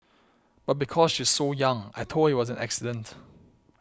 but because she's so young I told her it was an accident